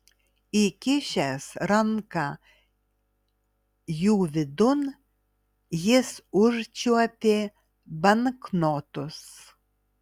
įkišęs ranką jų vidun jis užčiuopė banknotus